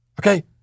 Okay